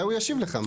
אולי הוא ישיב לך.